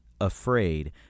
afraid